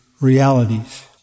realities